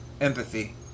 empathy